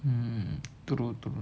um true too